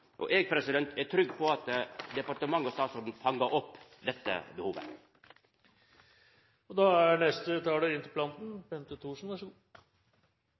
og eg er trygg på at departementet og statsråden fangar opp dette behovet. Først vil jeg takke for en konstruktiv og god